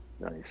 Nice